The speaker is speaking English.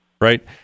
right